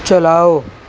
چَلاؤ